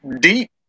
deep